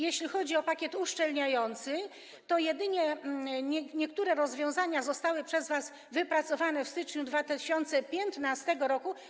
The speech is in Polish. Jeśli chodzi o pakiet uszczelniający, to jedynie niektóre rozwiązania zostały przez was wypracowane w styczniu 2015 r.